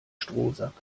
strohsack